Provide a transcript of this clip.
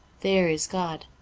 there is god.